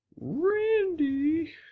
Randy